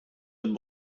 het